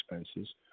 expenses